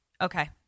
Okay